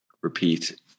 repeat